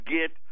get